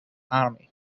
army